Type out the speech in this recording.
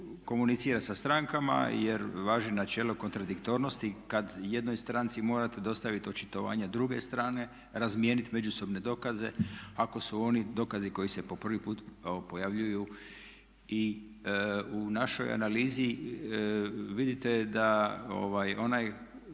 komunicira sa strankama jer važi načelo kontradiktornosti kad jednoj stranci morate dostaviti očitovanje druge strane, razmijenit međusobne dokaze ako su oni dokazi koji se po prvi put pojavljuju. I u našoj analizi vidite da od